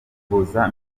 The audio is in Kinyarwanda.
ukuboza